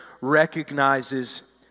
recognizes